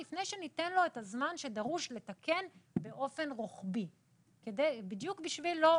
לפני שניתן לו את הזמן שדרוש לתקן באופן רוחבי בדיוק כדי לא